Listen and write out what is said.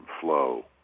flow